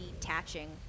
detaching